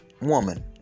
woman